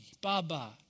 Baba